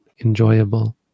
enjoyable